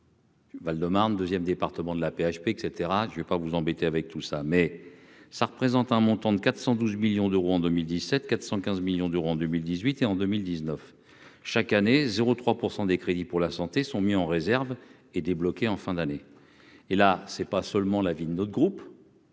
Val-de-Marne 2ème, département de la PHP et cetera, je ne vais pas vous embêter avec tout ça, mais ça représente un montant de 412 millions d'euros en 2017 415 millions d'euros en 2018 et en 2019 chaque année 0 3 % des crédits pour la santé sont mis en réserve et débloqué en fin d'année, et là c'est pas seulement la vie de notre groupe.